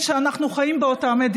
גברתי השרה, חבריי חברי הכנסת,